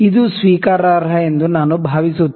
ಇದು ಸ್ವೀಕಾರಾರ್ಹ ಎಂದು ನಾನು ಭಾವಿಸುತ್ತೇನೆ